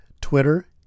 Twitter